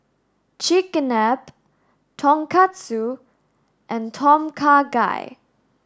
Chigenabe Tonkatsu and Tom Kha Gai